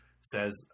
says